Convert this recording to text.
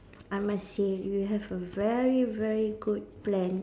I must say you have a very very good plan